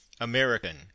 American